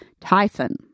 Typhon